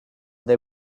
they